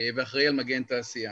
ואחראי על מגן תעשייה,